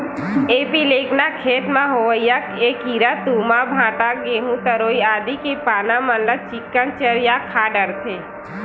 एपीलेकना खेत म होवइया ऐ कीरा तुमा, भांटा, गहूँ, तरोई आदि के पाना मन ल चिक्कन चर या खा डरथे